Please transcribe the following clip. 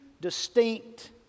distinct